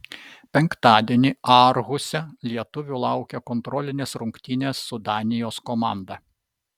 penktadienį aarhuse lietuvių laukia kontrolinės rungtynės su danijos komanda